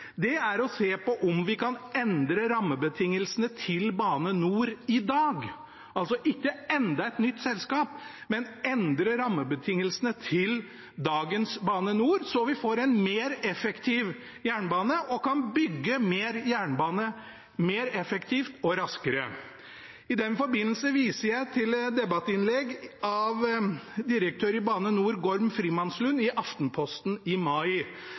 er å se om vi kan endre rammebetingelsene for Bane NOR i dag, altså ikke enda et nytt selskap, men endre rammebetingelsene for dagens Bane NOR, slik at vi får en mer effektiv jernbane og kan bygge mer jernbane mer effektivt og raskere. I den forbindelse vil jeg vise til et debattinnlegg av direktør i Bane NOR, Gorm Frimannslund, i Aftenposten i mai.